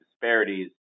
disparities